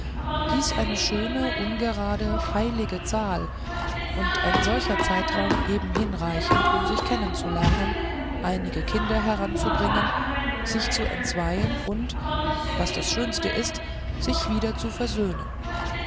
dies eine schöne ungrade heilige zahl und ein solcher zeitraum eben hinreichend um sich kennenzulernen einige kinder heranzubringen sich zu entzweien und was das schönste sei sich wieder zu versöhnen